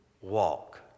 walk